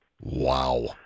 Wow